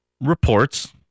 reports